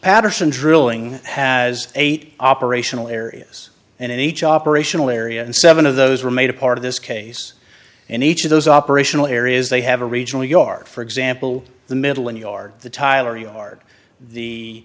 patterson drilling has eight operational areas and in each operational area and seven of those are made a part of this case in each of those operational areas they have a regional yard for example the middle and yard the tyler yard the